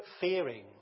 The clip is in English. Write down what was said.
fearing